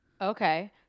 okay